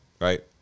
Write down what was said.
right